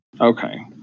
Okay